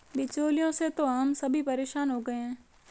बिचौलियों से तो हम सभी परेशान हो गए हैं